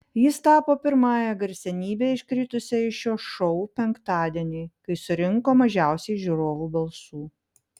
jis tapo pirmąja garsenybe iškritusia iš šio šou penktadienį kai surinko mažiausiai žiūrovų balsų